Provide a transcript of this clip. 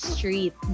Street